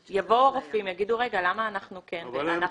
יבואו הרופאים, יגידו: רגע, למה אלה כן ואלה לא?